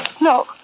No